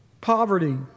poverty